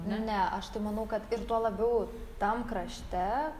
ne aš tai manau kad ir tuo labiau tam krašte